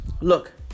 look